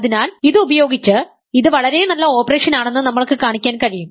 അതിനാൽ ഇത് ഉപയോഗിച്ച് ഇത് വളരെ നല്ല ഓപ്പറേഷൻ ആണെന്ന് നമ്മൾക്ക് കാണിക്കാൻ കഴിയും